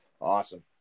Awesome